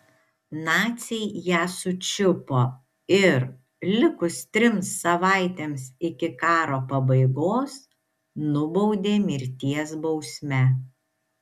naciai ją sučiupo ir likus trims savaitėms iki karo pabaigos nubaudė mirties bausme